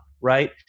right